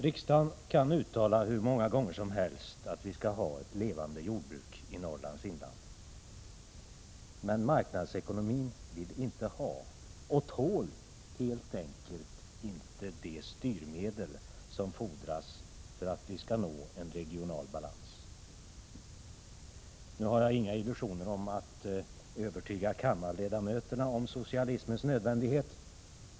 Riksdagen kan hur många gånger som helst uttala att vi skall ha ett levande jordbruk i Norrlands inland, men marknadsekonomin vill inte ha och tål helt enkelt inte de styrmedel som fordras för att vi skall nå en regional balans. Nu har jag inga illusioner om att kunna övertyga kammarledamöterna om socialismens nödvändighet.